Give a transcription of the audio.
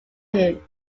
him